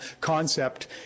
concept